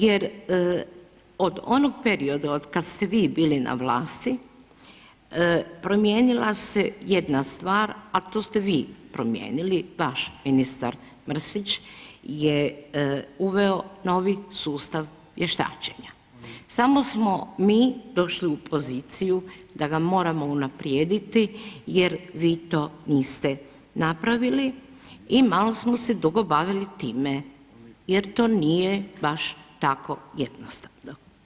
Jer od onog perioda od kada ste vi bili na vlasti promijenila se jedna stvar, a to ste vi promijenili vaš ministar Mrsić je uveo novi sustav vještačenja, samo smo mi došli u poziciju da ga moramo unaprijediti jer vi to niste napravili i malo smo se dugo bavili time jer to nije baš tako jednostavno.